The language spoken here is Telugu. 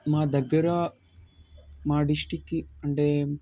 మా దగ్గర మా డిస్ట్రిక్కి అంటే